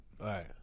Right